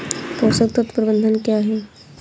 पोषक तत्व प्रबंधन क्या है?